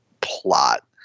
plot